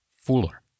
fuller